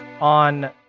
on